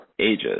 ages